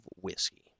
Whiskey